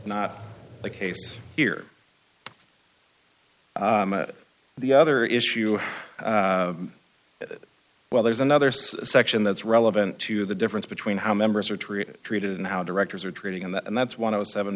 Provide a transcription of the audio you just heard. not the case here the other issue well there's another section that's relevant to the difference between how members are treated treated and how directors are treating that and that's one of the seven